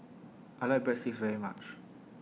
I like Breadsticks very much